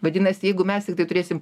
vadinasi jeigu mes tiktai turėsim